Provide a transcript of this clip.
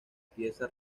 pieza